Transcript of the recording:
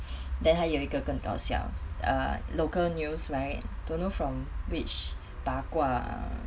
then 还有一个更搞笑 err local news right don't know from which 八卦